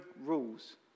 rules